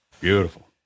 Beautiful